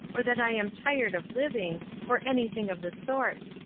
or that i am tired of living, or anything of the sort.